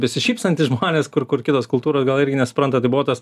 besišypsantys žmonės kur kur kitos kultūra gal irgi nesupranta tai buvo tas